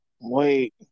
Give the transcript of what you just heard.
wait